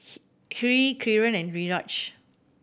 Hri Kiran and Niraj